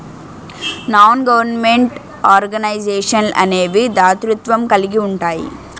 non government organisations అనేవి దాతృత్వం కలిగి ఉంటాయి